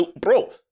bro